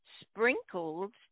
sprinkled